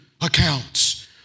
accounts